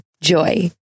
Joy